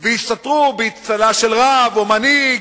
והסתתרו באצטלה של רב, או מנהיג,